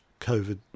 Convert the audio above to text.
COVID